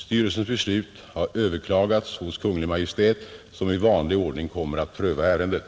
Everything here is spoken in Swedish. Styrelsens beslut har överklagats hos Kungl. Maj:t, som i vanlig ordning kommer att pröva ärendet.